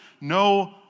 no